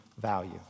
value